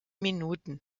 minuten